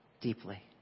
deeply